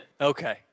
Okay